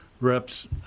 Reps